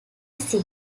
sick